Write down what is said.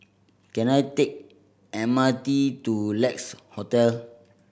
can I take M R T to Lex Hotel